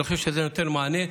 אני חושב שזה נותן מענה.